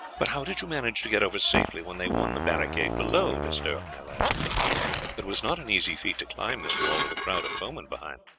but how did you manage to get over safely when they won the barricade below? d'estournel asked it was not an easy feat to climb this wall with a crowd of foemen behind.